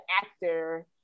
actor